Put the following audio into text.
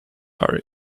are